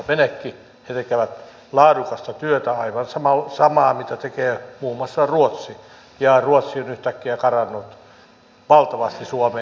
he tekevät laadukasta työtä aivan samaa kuin mitä tekee muun muassa ruotsi ja ruotsi on yhtäkkiä karannut valtavasti suomea eteenpäin